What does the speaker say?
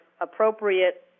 appropriate